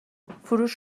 فروش